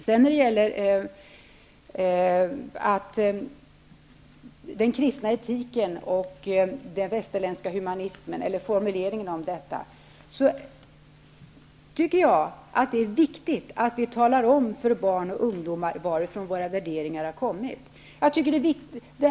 Sedan har vi formuleringarna när det gäller den kristna etiken och den västerländska humanismen. Det är viktigt att tala om för barn och ungdomar varifrån våra värderingar har kommit.